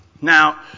now